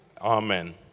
Amen